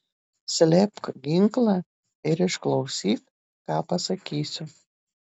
slėpk ginklą ir išklausyk ką pasakysiu